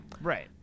Right